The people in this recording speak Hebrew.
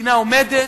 המדינה עומדת,